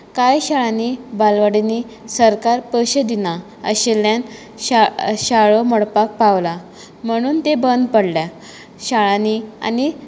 कांय शाळांनीं बालवाडीनीं सरकार पयशे दिना आशिल्ल्यान शाळो मोडपाक पावला म्हणून ते बंद पडल्या शाळांनीं आनी